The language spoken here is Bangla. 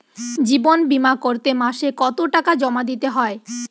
জীবন বিমা করতে মাসে কতো টাকা জমা দিতে হয়?